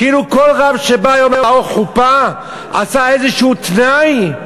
כאילו כל רב שבא היום לערוך חופה עשה איזשהו תנאי,